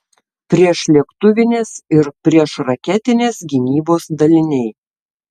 priešlėktuvinės ir priešraketinės gynybos daliniai